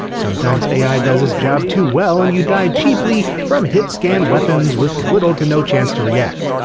sometimes ai does its job too well and you die cheaply from hitscan weapons with little to no chance to react,